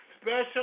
special